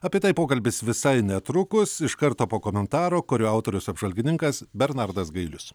apie tai pokalbis visai netrukus iš karto po komentaro kurio autorius apžvalgininkas bernardas gailius